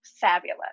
Fabulous